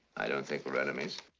i don't think we're enemies.